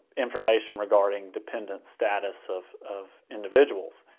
information regarding dependent status of of individuals.